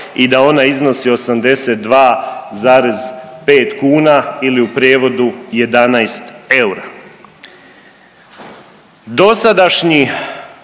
i da ona iznosi 82,5 kuna ili u prijevodu 11 eura. Dosadašnji,